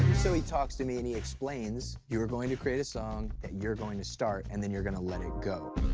so he talks to me and he explains, you're going to create a song that you're going to start, and then you're gonna let it go.